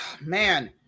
man